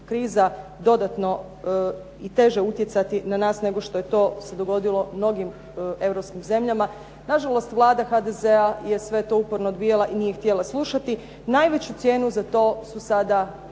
kriza dodatno i teže utjecati na nas nego što se to dogodilo mnogim europskih zemljama. Nažalost vlada HDZ-a je uporno sve to odbijala i nije htjela slušati. Najveću cijenu za to su sada